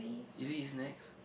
you don't eat snacks